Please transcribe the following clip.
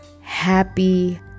Happy